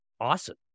awesome